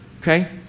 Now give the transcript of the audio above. Okay